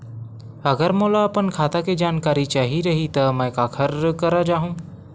अगर मोला अपन खाता के जानकारी चाही रहि त मैं काखर करा जाहु?